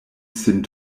sin